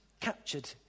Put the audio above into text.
captured